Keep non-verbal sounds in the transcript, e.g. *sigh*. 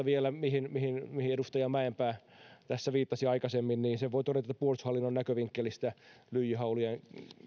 *unintelligible* vielä lyijyammuskiellosta mihin edustaja mäenpää tässä viittasi aikaisemmin sen voi todeta että puolustushallinnon näkövinkkelistä lyijyhaulien